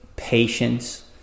patience